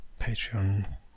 Patreon